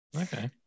Okay